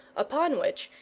upon which,